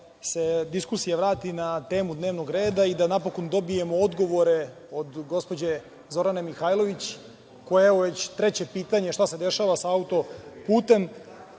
da se diskusija vrati na temu dnevnog reda i da napokon dobijemo odgovore od gospođe Zorane Mihajlović. Evo već treće pitanje šta se dešava sa autoputem